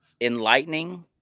enlightening